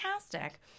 fantastic